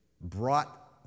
brought